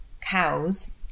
cows